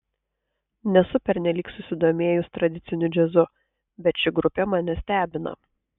nesu pernelyg susidomėjus tradiciniu džiazu bet ši grupė mane stebina